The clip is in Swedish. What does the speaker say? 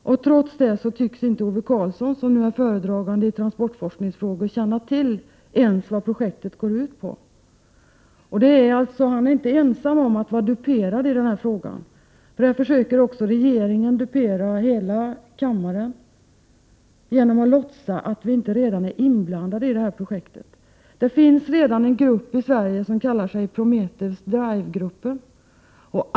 Trots det tycks Ove Karlsson, som är utskottets talesman i transportforskningsfrågor, inte ens känna till vad projektet går ut på. Han är inte ensam om att vara duperad i denna fråga, utan regeringen försöker dupera hela kammaren genom att låtsas som om vi inte redan är inblandade i det här projektet. Det finns redan i Sverige en grupp som kallar sig Prometheus-DRIVE-gruppen.